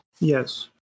yes